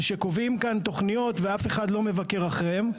שקובעים כאן תוכניות ואף אחד לא עוקב אחריהן.